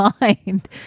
mind